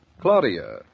Claudia